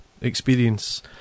experience